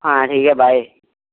ਹਾਂ ਠੀਕ ਹੈ ਬਾਏ